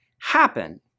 happen